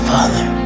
Father